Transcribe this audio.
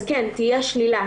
אז תהיה שלילה.